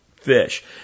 fish